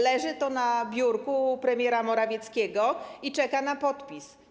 Leży to na biurku u premiera Morawieckiego i czeka na podpis.